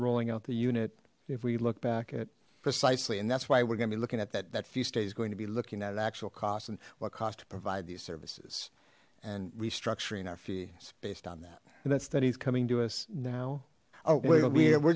rolling out the unit if we look back at precisely and that's why we're gonna be looking at that that few stay is going to be looking at an actual cost and what cost to provide these services and restructuring our fees based on that and that studies coming to us now oh we're